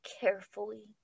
carefully